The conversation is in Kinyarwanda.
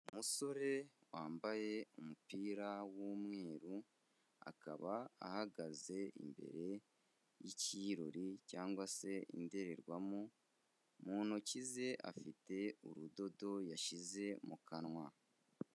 Umusore wambaye umupira w'umweru, akaba ahagaze imbere y'ikirori cyangwa se indorerwamo, mu ntoki ze afite urudodo yashyize mu kanwa.